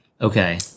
Okay